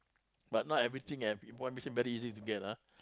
but not everything have information very easy to get lah ah